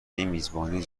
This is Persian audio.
میزبانی